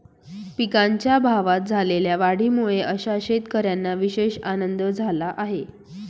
पिकांच्या भावात झालेल्या वाढीमुळे अशा शेतकऱ्यांना विशेष आनंद झाला आहे